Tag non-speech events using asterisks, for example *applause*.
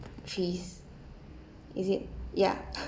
trees is it ya *laughs*